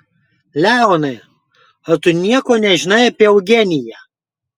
leonai ar tu nieko nežinai apie eugeniją